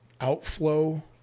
outflow